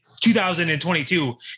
2022